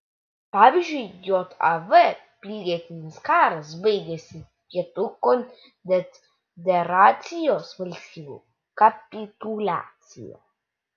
pavyzdžiui jav pilietinis karas baigėsi pietų konfederacijos valstijų kapituliacija